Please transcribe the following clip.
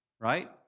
right